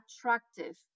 attractive